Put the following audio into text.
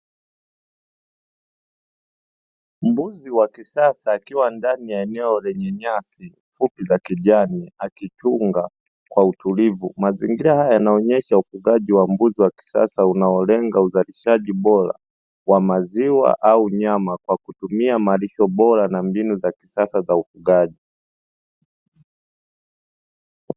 Mbuzi wa kisasa, akiwa ndani ya eneo lenye nyasi fupi za kijani, akichunga kwa utulivu. Mazingira haya yanaonyesha ufugaji wa mbuzi wa kisasa unaolenga uzalishaji bora wa maziwa au nyama kwa kutumia malisho bora na mbinu za kisasa za ufugaji.